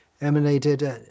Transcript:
emanated